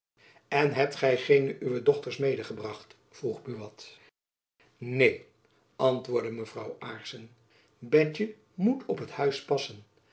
en hebt gy geene uwer dochters medegebracht vroeg buat neen antwoordde mevrouw aarssen betjen moet op het huis passen